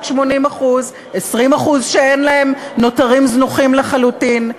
רק 80%; 20% שאין להם נותרים זנוחים לחלוטין,